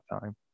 time